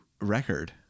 record